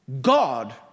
God